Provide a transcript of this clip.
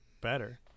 better